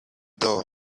door